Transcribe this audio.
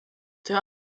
der